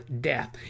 death